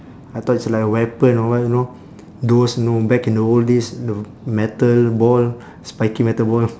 I thought it's like a weapon or what you know those know back in the old days the metal ball spiky metal ball